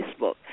Facebook